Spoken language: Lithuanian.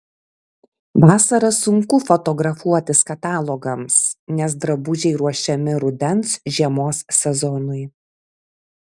vasarą sunku fotografuotis katalogams nes drabužiai ruošiami rudens žiemos sezonui